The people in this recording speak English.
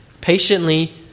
patiently